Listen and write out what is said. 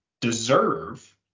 deserve